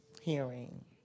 hearing